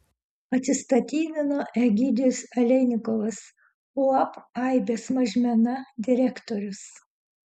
atsistatydino egidijus aleinikovas uab aibės mažmena direktorius